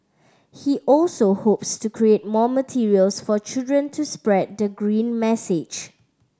he also hopes to create more materials for children to spread the green message